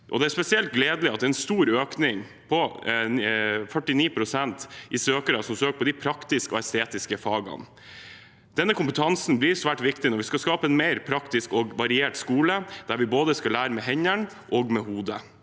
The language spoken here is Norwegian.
Det er spesielt gledelig at det er en stor økning, på 49 pst., i antallet søkere til de praktiske og estetiske fagene. Denne kompetansen blir svært viktig når vi skal skape en mer praktisk og variert skole, der vi skal lære med både hendene og hodet.